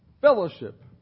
Fellowship